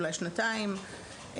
אולי שנתיים,